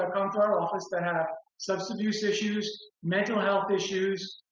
our office that have substance abuse issues, mental health issues,